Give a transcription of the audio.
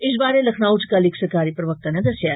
इस बरे लखनऊ इच कल इक सरकारी प्रवक्ता ने दसेआ